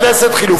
רבה.